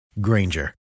Granger